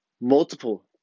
Multiple